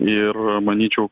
ir manyčiau